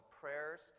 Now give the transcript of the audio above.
prayers